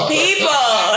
people